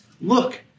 Look